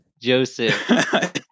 Joseph